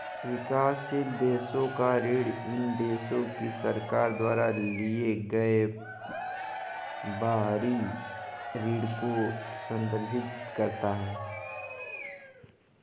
विकासशील देशों का ऋण इन देशों की सरकार द्वारा लिए गए बाहरी ऋण को संदर्भित करता है